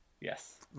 Yes